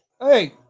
hey